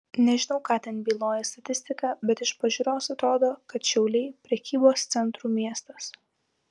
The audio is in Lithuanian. nežinau ką ten byloja statistika bet iš pažiūros atrodo kad šiauliai prekybos centrų miestas